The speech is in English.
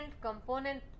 component